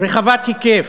רחבת היקף,